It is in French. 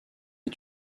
est